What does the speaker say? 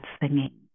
singing